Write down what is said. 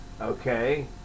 Okay